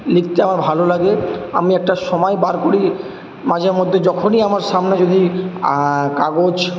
লিখতে আমার ভালো লাগে আমি একটা সময় বার করি মাঝে মধ্যে যখনই আমার সামনে যদি কাগজ